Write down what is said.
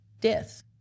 Death